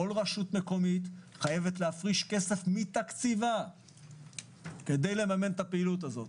כל רשות מקומית חייבת להפריש כסף מתקציבה כדי לממן את הפעילות הזו.